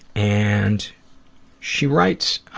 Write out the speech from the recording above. and she writes,